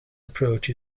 approach